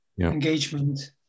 engagement